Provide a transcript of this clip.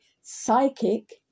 psychic